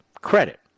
credit